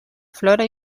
flora